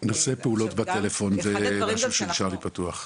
נושא פעולות בטלפון זה משהו שנשאר לי פתוח.